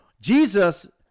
Jesus